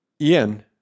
ian